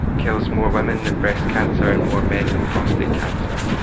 kills more women than breast cancer and more men than prostate cancer,